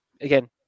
again